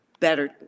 better